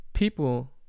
People